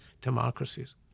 democracies